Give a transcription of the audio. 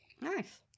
Nice